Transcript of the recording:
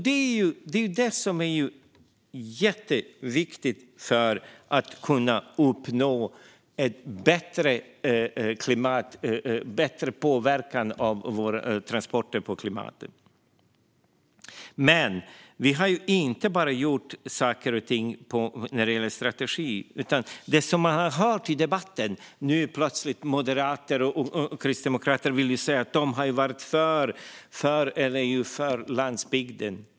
Det är jätteviktigt för att vi ska kunna uppnå en minskad klimatpåverkan från våra transporter. Vi har dock inte bara gjort saker och ting när det gäller strategier. Nu hör man plötsligt moderater och kristdemokrater säga i debatten att de har varit för landsbygden.